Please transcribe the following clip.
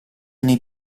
nei